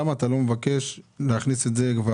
למה אתה לא מבקש להכניס את זה כבר?